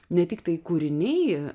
ne tiktai kūriniai